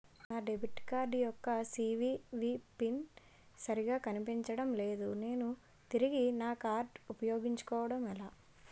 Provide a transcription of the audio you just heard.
నా debit card యెక్క CVV pin సరిగా కనిపించడం లేదు నేను తిరిగి నా కార్డ్ఉ పయోగించుకోవడం ఎలా?